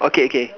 okay okay